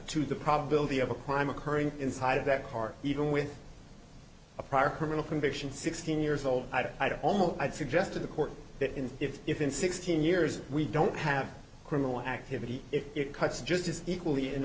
to the probability of a crime occurring inside of that car even with a prior criminal conviction sixteen years old i'd almost i'd suggest to the court that if in sixteen years we don't have criminal activity it cuts just as equally in